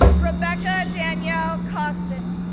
rebecca danielle kosten,